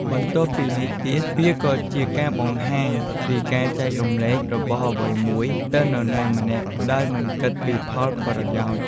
បន្ថែមពីលើនោះទៀត វាជាការបង្ហាញពីការចែករំលែករបស់អ្វីមួយទៅនរណាម្នាក់ដោយមិនគិតពីផលប្រយោជន៍។